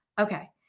okay